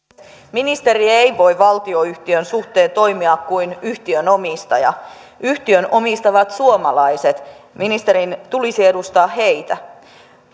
ministeri ei voi valtionyhtiön suhteen toimia kuin yhtiön omistaja yhtiön omistavat suomalaiset ministerin tulisi edustaa heitä